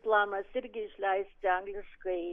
planas irgi išleisti angliškai